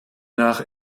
nach